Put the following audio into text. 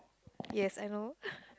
yes I know